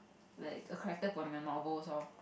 like a character from your novels lor